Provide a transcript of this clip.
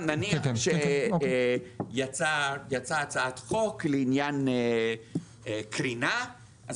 נניח שיצאה הצעת חוק לעניין קרינה אז